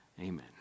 amen